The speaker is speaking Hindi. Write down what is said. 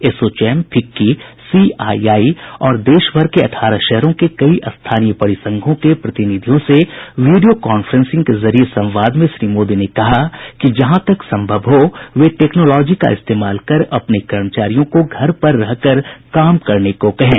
एसोचौम फिक्की सीआईआई और देशभर के अट्टारह शहरों के कई स्थानीय परिसंघों के प्रतिनिधियों से वीडियो कॉन्फ्रेंस के जरिये संवाद में श्री मोदी ने कहा कि जहां तक सम्भव हो वे टेक्नोलोजी का इस्तेमाल कर अपने कर्मचारियों को घर पर रहकर काम करने को कहें